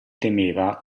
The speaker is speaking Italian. temeva